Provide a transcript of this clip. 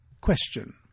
Question